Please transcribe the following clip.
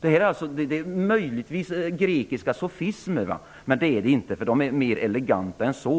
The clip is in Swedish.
Detta är möjligtvis grekiska sofismer - nej, de är mer eleganta än så.